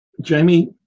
Jamie